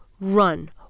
run